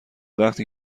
وقتی